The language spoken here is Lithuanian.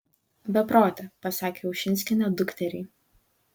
beprote pasakė ušinskienė dukteriai